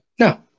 No